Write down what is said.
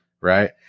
Right